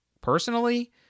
personally